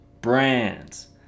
brands